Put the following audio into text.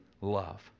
love